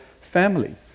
family